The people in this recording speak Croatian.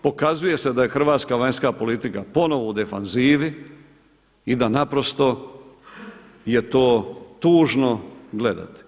Pokazuje se da je hrvatska vanjska politika ponovo u defanzivi i da naprosto je to tužno gledati.